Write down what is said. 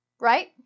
right